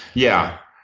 yeah.